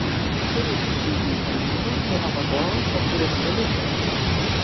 kuris šių džentelmenų yra vadovas o kuris valytojas